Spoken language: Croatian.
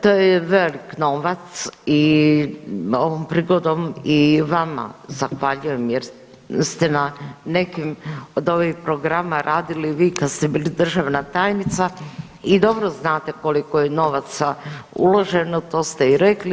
To je velik novac i ovom prigodom i vama zahvaljujem jer ste na nekih od ovih programa radili vi kad ste bili državna tajnica i dobro znate koliko je novaca uloženo, to ste i rekli.